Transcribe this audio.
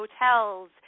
hotels